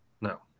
No